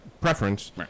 preference